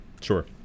sure